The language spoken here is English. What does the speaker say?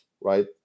right